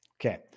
Okay